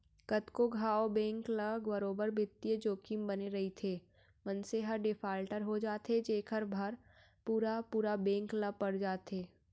कतको घांव बेंक ल बरोबर बित्तीय जोखिम बने रइथे, मनसे ह डिफाल्टर हो जाथे जेखर भार पुरा पुरा बेंक ल पड़ जाथे